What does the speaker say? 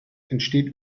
entsteht